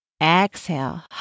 Exhale